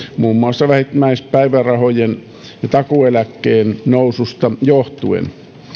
muun muassa vähimmäispäivärahojen ja takuueläkkeen noususta johtuen